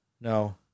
no